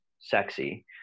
sexy